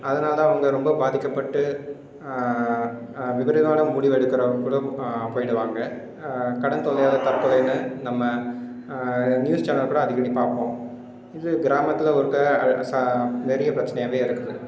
அதனால் அவங்க ரொம்ப பாதிக்கப்பட்டு விபரீதமான முடிவு எடுக்குற முடிவுக்கு போயிடுவாங்க கடன் தொல்லையால் தற்கொலைன்னு நம்ம நியூஸ் சேனல் கூட அடிக்கடி பார்ப்போம் இது கிராமத்தில் ஒருக்க அது சா நிறைய பிரச்சனையாவே இருக்குது